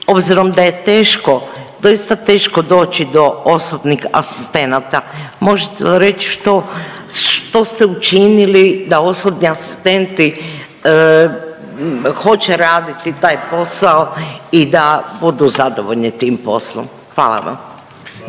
obzirom da je teško, doista teško doći do osobnih asistenata, možete li reć što, što ste učinili da osobni asistenti hoće raditi taj posao i da budu zadovoljni tim poslom? Hvala vam.